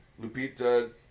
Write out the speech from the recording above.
Lupita